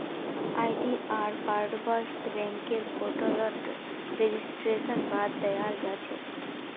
आई.डी.आर पासवर्डके बैंकेर पोर्टलत रेजिस्ट्रेशनेर बाद दयाल जा छेक